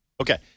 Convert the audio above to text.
Okay